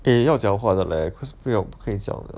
eh 要讲话的 leh cause 不用不可以讲的